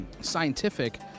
scientific